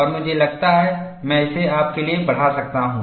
और मुझे लगता है मैं इसे आपके लिए बढ़ा सकता हूं